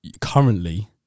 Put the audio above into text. currently